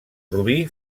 rubí